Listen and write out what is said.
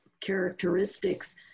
characteristics